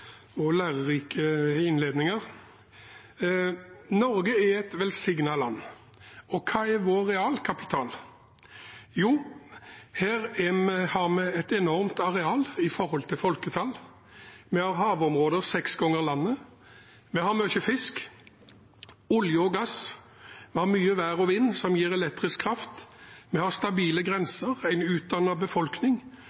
og klima- og miljøministeren for to interessante og lærerike innledninger. Norge er et velsignet land. Og hva er vår realkapital? Jo, her har vi et enormt areal i forhold til folketallet, vi har havområder seks ganger så store som landet, vi har mye fisk, olje og gass, vi har mye vær og vind, som gir elektrisk